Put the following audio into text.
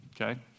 Okay